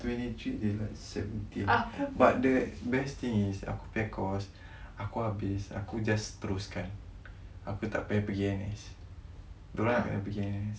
twenty three tapi the best thing is aku punya course aku habis aku just teruskan aku tak payah pergi N_S diorang kena pergi N_S